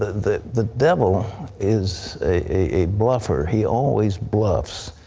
the the devil is a bluffer. he always bluffs.